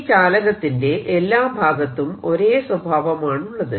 ഈ ചാലകത്തിന്റെ എല്ലാ ഭാഗത്തും ഒരേ സ്വഭാവമാണുള്ളത്